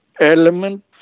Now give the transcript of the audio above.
element